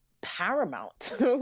paramount